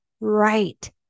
right